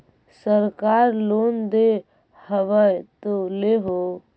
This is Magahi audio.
सरकार लोन दे हबै तो ले हो?